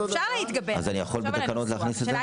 אפשר להתגבר על זה ולחשוב על הניסוח.